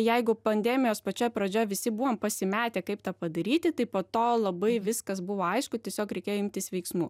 jeigu pandemijos pačioj pradžioj visi buvom pasimetę kaip tą padaryti tai po to labai viskas buvo aišku tiesiog reikėjo imtis veiksmų